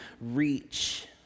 reach